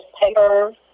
paper